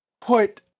put